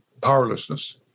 Powerlessness